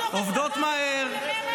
עובדות מהר,